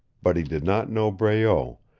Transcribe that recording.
but he did not know breault,